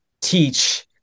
teach